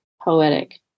poetic